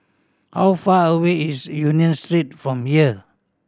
how far away is Union Street from here